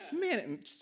man